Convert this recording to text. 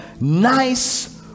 nice